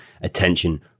attention